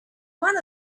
one